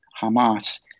Hamas